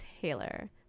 Taylor